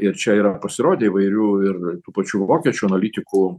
ir čia yra pasirodė įvairių ir tų pačių vokiečių analitikų